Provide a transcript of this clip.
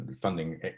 funding